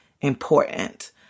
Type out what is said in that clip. important